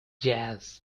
jazz